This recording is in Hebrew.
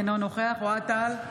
אינו נוכח אוהד טל,